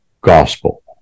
gospel